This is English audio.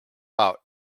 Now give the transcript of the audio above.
out